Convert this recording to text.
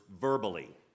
verbally